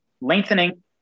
lengthening